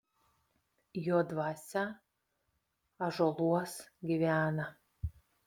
jo dvasia ąžuoluos gyvena